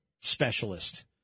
specialist